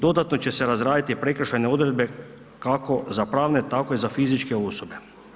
Dodatno će se razraditi prekršajne odredbe kako za pravne, tako i za fizičke osobe.